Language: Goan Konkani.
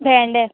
भेंडे